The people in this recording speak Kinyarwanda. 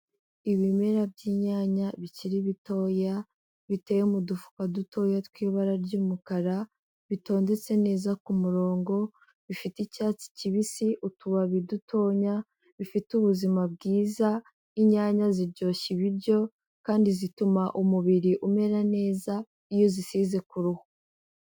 Ibimera by'imyanya bikiri bitoya, biteye mu dufuka dutoya tw'ibara ry'umukara, bitondetse neza ku murongo, bifite icyatsi kibisi utubabi dutonya, bifite ubuzima bwiza, inyanya ziryoshya ibiryo kandi zituma umubiri umera neza, iyo uzisize ku ruhu.